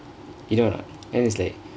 you know or not the it's like